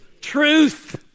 Truth